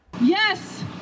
Yes